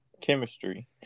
chemistry